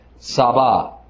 Sabah